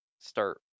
start